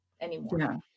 anymore